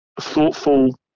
Thoughtful